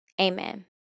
Amen